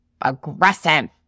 aggressive